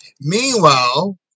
Meanwhile